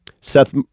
Seth